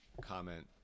comment